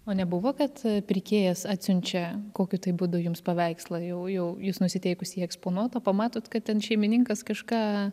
o nebuvo kad pirkėjas atsiunčia kokiu tai būdu jums paveikslą jau jau jūs nusiteikus jį eksponuot o pamatot kad ten šeimininkas kažką